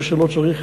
זה שלא צריך